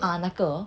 ah 那个